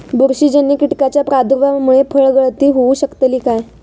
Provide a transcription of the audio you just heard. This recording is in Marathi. बुरशीजन्य कीटकाच्या प्रादुर्भावामूळे फळगळती होऊ शकतली काय?